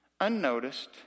Unnoticed